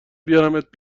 بیارمت